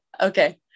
okay